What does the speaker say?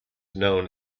known